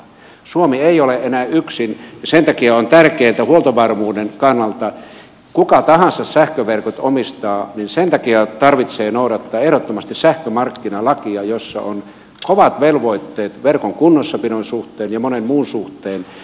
suomi ei ole enää yksin ja sen takia on tärkeätä huoltovarmuuden kannalta kuka tahansa sähköverkot omistaa että noudatetaan ehdottomasti sähkömarkkinalakia jossa on kovat velvoitteet verkon kunnossapidon suhteen ja monen muun suhteen